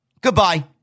goodbye